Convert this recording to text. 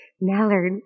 Mallard